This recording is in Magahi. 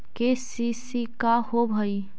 के.सी.सी का होव हइ?